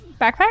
Backpack